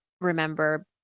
remember